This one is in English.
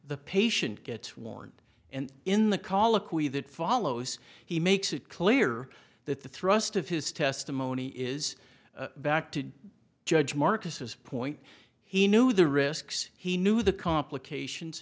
the patient gets warned and in the colloquy that follows he makes it clear that the thrust of his testimony is back to judge marcus point he knew the risks he knew the complications